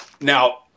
now